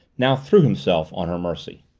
now threw himself on her mercy.